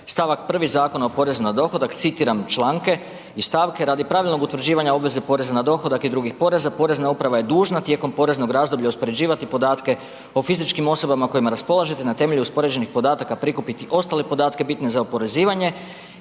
stavak 1. Zakona o porezu na dohodak? Citiram članke i stavke radi pravilnog utvrđivanja poreza na dohodak i drugih poreza, Porezna uprava je dužna tijekom poreznog razdoblja uspoređivati podatke o fizičkim osobama podatke o fizičkim osobama kojima raspolažete na temelju uspoređenih podataka prikupiti ostale podatke bitne za oporezivanje